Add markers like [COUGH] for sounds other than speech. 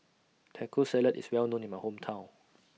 Taco Salad IS Well known in My Hometown [NOISE]